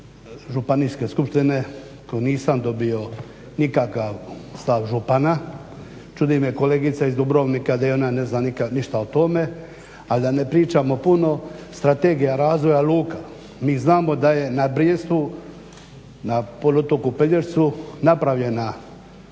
Županijske skupštine, nisam dobio nikakav stav župana. Čudi me kolegica iz Dubrovnika da ni ona ne zna nikad ništa o tome. A da ne pričamo puno Strategija razvoja luka mi znamo da je na Brijestu, na poluotoku Pelješcu napravljena